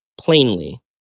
plainly